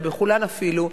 אולי בכולן אפילו,